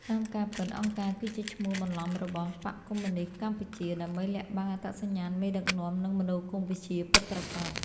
តាមការពិត អង្គការគឺជាឈ្មោះបន្លំរបស់ «បក្សកុម្មុយនីស្តកម្ពុជា» ដើម្បីលាក់បាំងអត្តសញ្ញាណមេដឹកនាំ និងមនោគមវិជ្ជាពិតប្រាកដ។